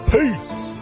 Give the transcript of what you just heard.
Peace